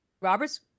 Robert's